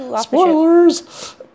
Spoilers